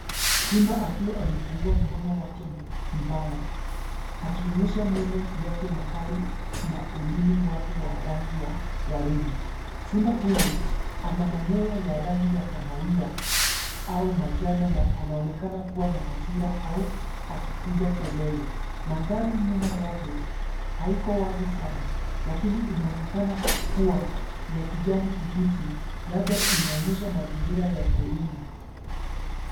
Simba akiwa amefungua mdomo wake mpana, akionyesha meno yake makali na ulimi wake wa rangi ya waridi. Simba huyu ana manyoya ya rangi ya kahawia au manjano na anaonekana kuwa na hasira au akipiga kelele. Mandhari nyuma yake haiko wazi sana, lakini inaonekana kuwa ya kijani kibichi labda inaonyesha mazingira ya porini.